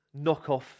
knockoff